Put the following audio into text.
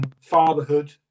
fatherhood